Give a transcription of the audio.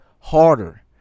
harder